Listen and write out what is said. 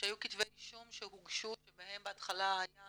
שהיו כתבי אישום שהוגשו שבהם בהתחלה היה